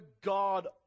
god